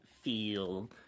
feel